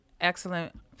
excellent